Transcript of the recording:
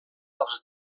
als